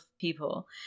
people